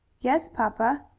yes, papa.